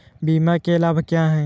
बीमा के लाभ क्या हैं?